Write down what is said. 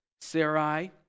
Sarai